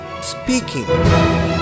speaking